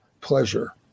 pleasure